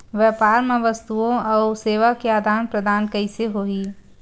व्यापार मा वस्तुओ अउ सेवा के आदान प्रदान कइसे होही?